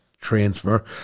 transfer